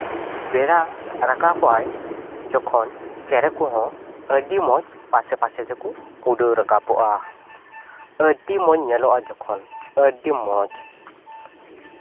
ᱵᱮᱲᱟ ᱨᱟᱠᱟᱵᱚᱜ ᱟᱭ ᱡᱚᱠᱷᱚᱱ ᱪᱮᱬᱮ ᱠᱚᱦᱚᱸ ᱟᱹᱰᱤ ᱢᱚᱡᱽ ᱟᱥᱮ ᱯᱟᱥᱮ ᱛᱮᱠᱚ ᱩᱰᱟᱹᱣ ᱨᱟᱠᱟᱵᱚᱜᱼᱟ ᱟᱹᱰᱤ ᱢᱚᱡᱽ ᱧᱮᱞᱚᱜᱼᱟ ᱡᱚᱠᱷᱚᱱ ᱟᱹᱰᱤ ᱢᱚᱡᱽ